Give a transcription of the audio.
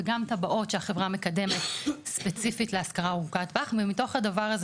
וגם תב"עות שהחברה מקדמת ספציפית להשכרה ארוכת טווח ומתוך הדבר הזה